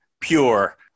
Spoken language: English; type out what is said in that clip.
pure